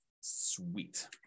Sweet